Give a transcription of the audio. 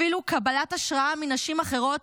אפילו קבלת השראה מנשים אחרות,